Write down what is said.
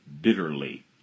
bitterly